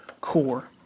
core